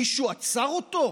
מישהו עצר אותו?